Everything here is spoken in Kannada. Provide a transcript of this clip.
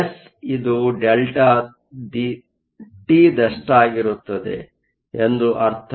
ಎಸ್ ಇದು ΔT ದಷ್ಟಾಗಿರುತ್ತದೆ ಎಂದು ಅರ್ಥ